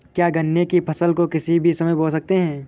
क्या गन्ने की फसल को किसी भी समय बो सकते हैं?